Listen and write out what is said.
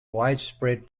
widespread